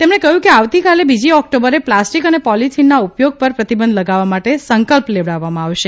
તેમણે કહ્યું કે આવતીકાલે બીજી ઓકટોબરે પ્લાસ્ટીક અને પોલીથીનના ઉપયોગ ઉપર પ્રતિબંધ લગાવવા માટે સંકલ્પ લેવડાવવામાં આવશે